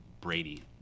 brady